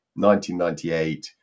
1998